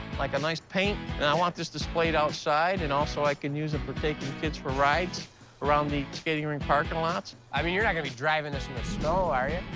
like a nice paint. and i want this displayed outside. and also, i can use it for taking kids for rides around the skating rink parking lots. i mean, you're not gonna be driving this in the snow, are you?